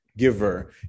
Giver